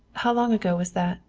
how long ago was that?